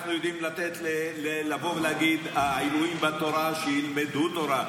יודעים לבוא ולהגיד לעילויים בתורה שילמדו תורה,